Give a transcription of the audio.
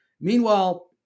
Meanwhile